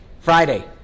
Friday